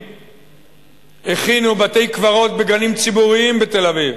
הכינו בתי-קברות בגנים ציבוריים בתל-אביב.